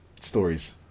stories